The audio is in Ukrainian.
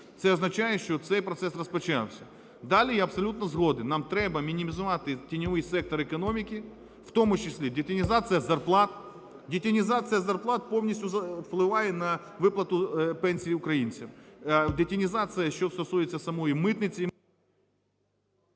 Це означає, що цей процес розпочався. Далі. Я абсолютно згоден, нам треба мінімізувати тіньовий сектор економіки, в тому числі детінізація зарплат. Детінізація зарплат повністю впливає на виплату пенсій українцям. Детінізація, що стосується самої митниці…